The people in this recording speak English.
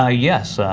ah yes, yeah